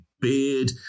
beard